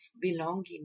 belonging